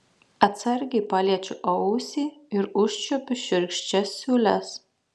atsargiai paliečiu ausį ir užčiuopiu šiurkščias siūles